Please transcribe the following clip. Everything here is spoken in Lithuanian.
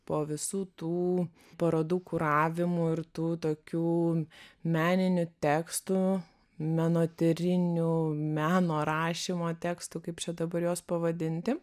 po visų tų parodų kuravimų ir tų tokių meninių tekstų menotyrinių meno rašymo tekstų kaip čia dabar juos pavadinti